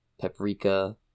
paprika